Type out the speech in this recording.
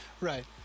Right